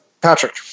Patrick